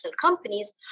companies